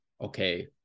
okay